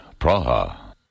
Praha